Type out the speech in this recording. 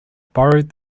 borrowed